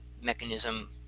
mechanism